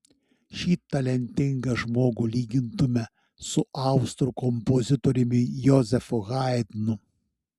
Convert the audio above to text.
šį talentingą žmogų lygintume su austrų kompozitoriumi jozefu haidnu